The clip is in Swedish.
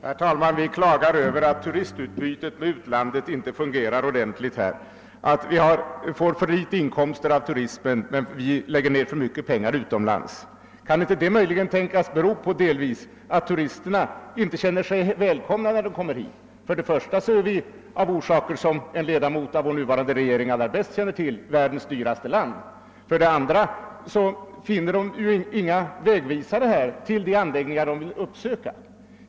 Herr talman! Vi klagar över att turistutbytet med utlandet inte fungerar ordentligt, över att vi får för små inkomster av turismen men att vi lägger ned för mycket pengar utomlands. Kan inte detta möjligen delvis tänkas bero på att turisterna inte känner sig välkomna hit. För det första är vi, av or saker som en ledamot av vår nuvarande regering allra bäst känner till, världens dyraste land. För det andra finner turisterna inga vägvisare till de anläggningar de vill uppsöka.